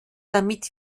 damit